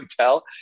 tell